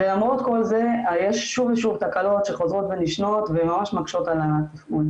ולמרות כל זה יש שוב ושוב תקלות שחוזרות ונשנות וממש מקשות על התפעול.